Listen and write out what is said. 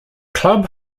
club